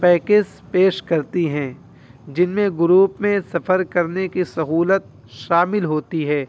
packs پیش کرتی ہیں جن میں گروپ میں سفر کرنے کی سہولت شامل ہوتی ہے